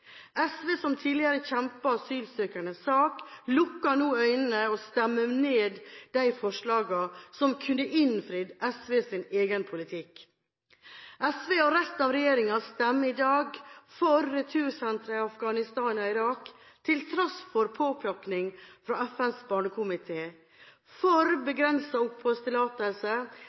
SV, som tidligere kjempet asylsøkernes sak, lukker nå øynene og stemmer ned de forslagene som kunne innfridd SVs egen politikk. SV og de andre regjeringspartiene stemmer i dag for retursentrene i Afghanistan og Irak, til tross for påpakning fra FNs barnekomité, for